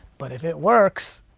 but if it works.